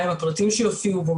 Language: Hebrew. מהם הפרטים שיופיעו בו,